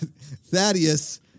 Thaddeus